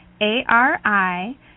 A-R-I